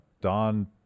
Don